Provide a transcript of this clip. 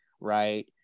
right